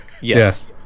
Yes